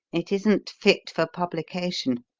it isn't fit for publication.